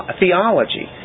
theology